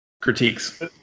critiques